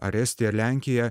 ar estiją ar lenkiją